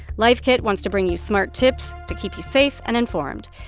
life kit wants to bring you smart tips to keep you safe and informed.